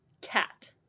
cat